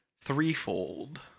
threefold